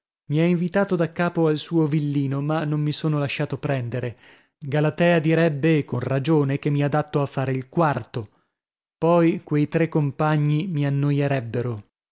mi ha invitato da capo al suo villino ma non mi sono lasciato prendere galatea direbbe e con ragione che mi adatto a fare il quarto poi quei tre compagni mi annoierebbero